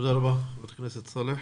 תודה רבה, חברת הכנסת סאלח.